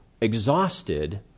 exhausted